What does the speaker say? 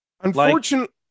Unfortunately